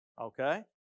Okay